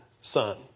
son